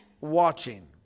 watching